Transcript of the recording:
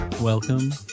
welcome